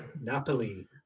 Napoli